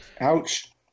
ouch